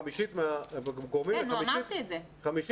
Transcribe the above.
מה זה 0 עד 19?